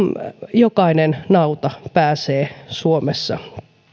jokainen nauta pääsee suomessa